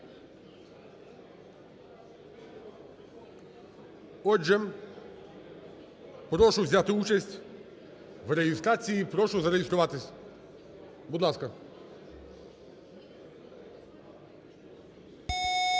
Отже, прошу взяти участь в реєстрації, прошу зареєструватись. Будь ласка.